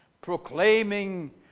proclaiming